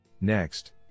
Next